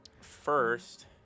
First